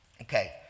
Okay